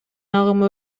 агымы